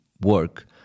work